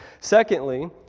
Secondly